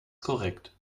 korrekt